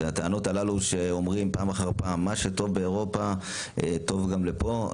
הטענות האלה שאומרים פעם אחר פעם: מה שטוב באירופה טוב גם לפה,